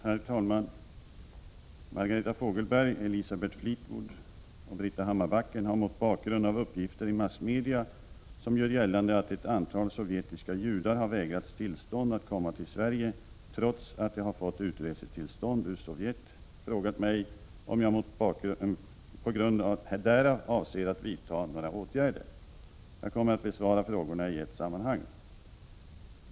Herr talman! Margareta Fogelberg, Elisabeth Fleetwood och Britta Hammarbacken har mot bakgrund av uppgifter i massmedia som gör gällande att ett antal sovjetiska judar har vägrats tillstånd att komma till Sverige trots att de har fått utresetillstånd ur Sovjet frågat mig om jag på grund därav avser att vidta några åtgärder. Jag kommer att besvara frågorna i ett sammanhang.